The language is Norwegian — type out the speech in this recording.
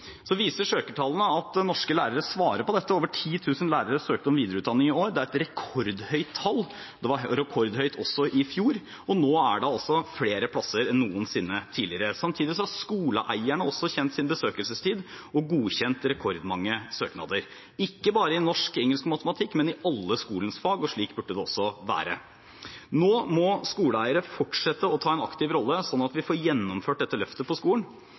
Så viser søkertallene at norske lærere svarer på dette. Over 10 000 lærere søkte om videreutdanning i år. Det er et rekordhøyt tall. Det var rekordhøyt også i fjor, og nå er det flere plasser enn noensinne tidligere. Samtidig har også skoleeierne kjent sin besøkelsestid og har godkjent rekordmange søknader, ikke bare i norsk, engelsk og matematikk, men i alle skolens fag. Slik burde det også være. Nå må skoleeiere fortsette å ta en aktiv rolle, slik at vi får gjennomført dette løftet i skolen.